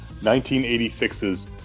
1986's